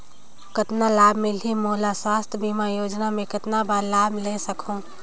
कतना लाभ मिलही मोला? स्वास्थ बीमा योजना मे कतना बार लाभ ले सकहूँ?